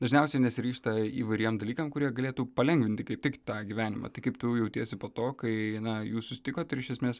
dažniausiai nesiryžta įvairiem dalykam kurie galėtų palengvinti kaip tik tą gyvenimą tai kaip tu jautiesi po to kai na jūs susitikot ir iš esmės